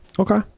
Okay